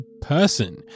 person